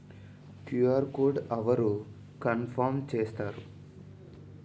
QR code అవరు confirm చేస్తారు?